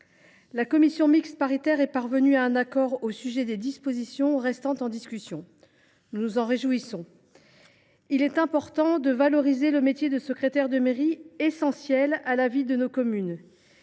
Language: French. La commission mixte paritaire est parvenue à un accord sur les dispositions du texte restant en discussion. Nous nous en réjouissons. Il est important de valoriser le métier de secrétaire de mairie. Essentiels à la vie de nos communes,